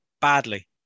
Badly